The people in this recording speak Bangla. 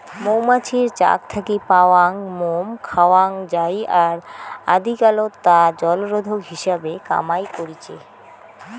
মৌমাছির চাক থাকি পাওয়াং মোম খাওয়াং যাই আর আদিকালত তা জলরোধক হিসাবে কামাই করিচে